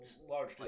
Large